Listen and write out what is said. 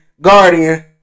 guardian